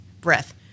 breath